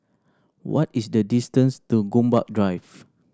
what is the distance to Gombak Drive